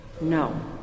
No